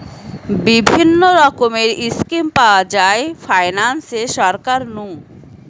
বিভিন্ন রকমের স্কিম পাওয়া যায় ফাইনান্সে সরকার নু